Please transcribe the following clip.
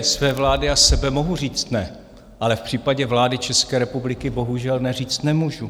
V případě své vlády a sebe mohu říct ne, ale v případě vlády České republiky bohužel ne říct nemůžu.